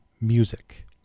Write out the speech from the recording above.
music